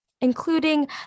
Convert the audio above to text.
including